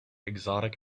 exotic